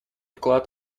вклад